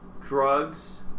drugs